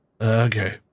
Okay